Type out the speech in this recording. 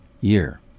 year